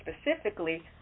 specifically